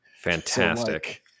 Fantastic